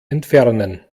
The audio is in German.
entfernen